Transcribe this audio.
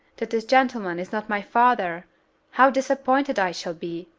that this gentleman is not my father how disappointed i shall be!